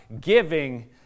giving